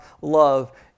love